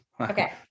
Okay